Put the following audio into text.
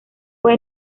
fue